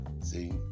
see